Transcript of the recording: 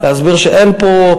להסביר שאין פה,